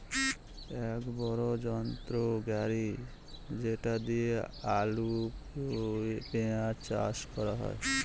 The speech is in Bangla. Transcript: এক বড়ো যন্ত্র গাড়ি যেটা দিয়ে আলু, পেঁয়াজ চাষ করা হয়